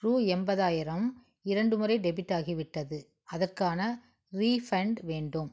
ரூ எண்பதாயிரம் இரண்டு முறை டெபிட் ஆகிவிட்டது அதற்கான ரீஃபண்ட் வேண்டும்